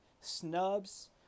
snubs